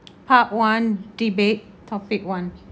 part one debate topic one